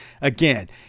Again